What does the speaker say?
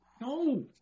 No